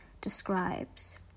describes